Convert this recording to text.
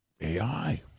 AI